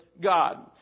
God